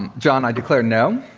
and john, i declare no.